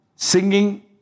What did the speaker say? Singing